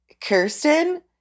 Kirsten